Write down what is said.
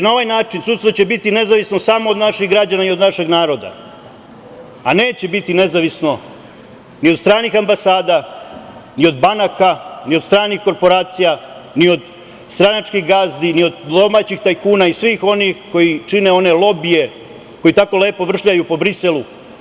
Na ovaj način sudstvo će biti nezavisno samo od naših građana i našeg naroda, a neće biti nezavisno ni od stranih ambasada, ni od banaka, ni od stranih korporacija, ni od stranačkih gazdi, ni od domaćih tajkuna i svih onih koji čine one lobije koji tako lepo vršljaju po Briselu.